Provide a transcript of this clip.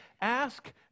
ask